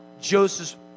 Joseph